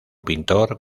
pintor